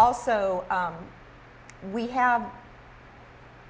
also we have